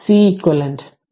അതിനാൽ ഞാൻ അത് മായ്ക്കട്ടെ